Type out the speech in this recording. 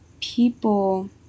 people